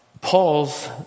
Paul's